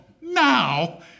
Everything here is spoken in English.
now